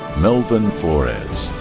melvin flores.